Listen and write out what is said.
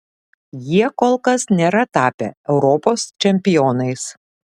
jie kol kas nėra tapę europos čempionais